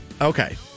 Okay